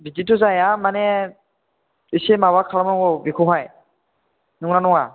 बिदिथ' जाया माने एसे माबा खालामनांगौ बेखौहाय नङा नङा